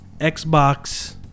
Xbox